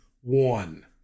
one